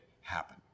happen